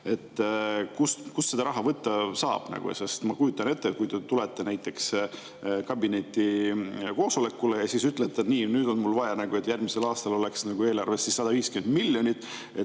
kust seda raha võtta saab? Ma kujutan ette, et kui te lähete näiteks kabineti koosolekule ja ütlete: "Nii. Nüüd on mul vaja, et järgmisel aastal oleks eelarves 150 miljonit."